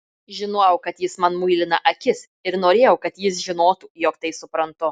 žinojau kad jis man muilina akis ir norėjau kad jis žinotų jog tai suprantu